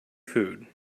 food